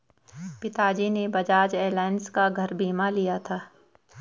पिताजी ने बजाज एलायंस का घर बीमा लिया था